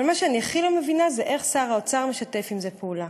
אבל מה שאני הכי לא מבינה זה איך שר האוצר משתף עם זה פעולה,